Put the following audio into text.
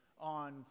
on